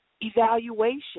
Evaluation